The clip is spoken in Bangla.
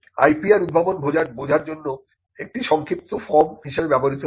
IPR উদ্ভাবন বোঝার জন্য একটি সংক্ষিপ্ত ফর্ম হিসাবে বিবেচিত হয়